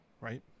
right